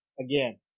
Again